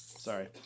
Sorry